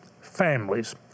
families